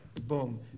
boom